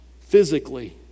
physically